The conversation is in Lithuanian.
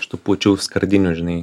iš tų pučių skardinių žinai